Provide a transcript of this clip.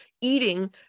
eating